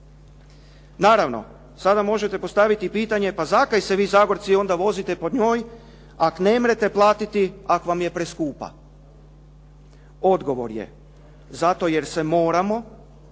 Naravno, sada možete postaviti pitanje, pa zakaj se vi Zagorci vozite po njoj, ak nemrete platiti, ak vam je preskupa? Odgovor je. Zato jer se moramo,